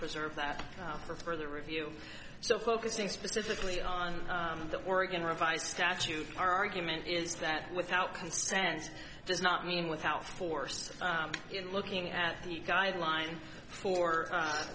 preserve that for further review so focusing specifically on the oregon revised statutes argument is that without consent does not mean without force in looking at the guideline for